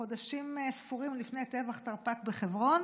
חודשים ספורים לפני טבח תרפ"ט בחברון